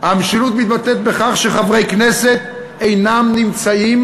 המשילות מתבטאת בכך שחברי כנסת אינם נמצאים